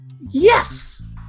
yes